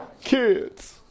kids